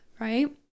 right